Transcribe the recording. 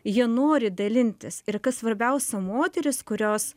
jie nori dalintis ir kas svarbiausia moterys kurios